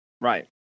Right